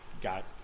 got